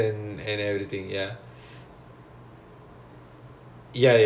oh okay okay is different game plays is it